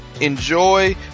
enjoy